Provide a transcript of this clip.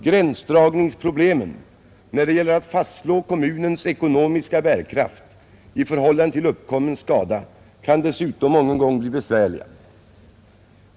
Gränsdragningsproblemen när det gäller att fastslå kommunens ekonomiska bärkraft i förhållande till uppkommen skada kan dessutom mången gång bli besvärliga.